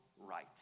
right